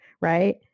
right